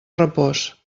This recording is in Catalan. repòs